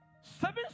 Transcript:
Seven